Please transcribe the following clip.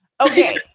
Okay